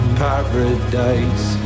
paradise